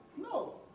No